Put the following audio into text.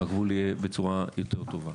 והגבול יהיה בצורה יותר טובה.